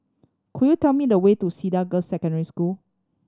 could you tell me the way to Cedar Girls' Secondary School